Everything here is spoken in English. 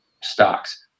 stocks